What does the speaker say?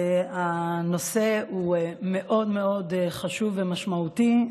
הנושא הוא מאוד מאוד חשוב ומשמעותי.